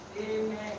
Amen